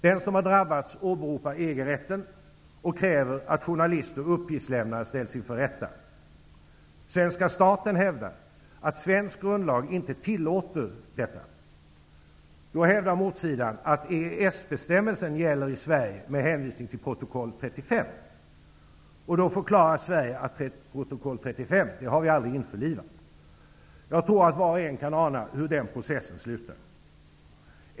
Den som har drabbats åberopar EG rätten och kräver att journalist och uppgiftslämnare ställs inför rätta. Svenska staten hävdar att svensk grundlag inte tillåter detta. Då hävdar motsidan att EES bestämmelsen gäller i Sverige, med hänvisning till protokoll 35, varpå Sverige förklarar att protokoll 35 aldrig införlivats. Jag tror att var och en kan ana hur den processen slutar.